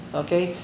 okay